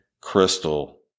Crystal